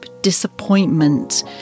disappointment